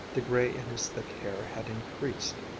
the gray in his thick hair had increased.